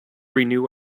renew